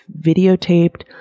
videotaped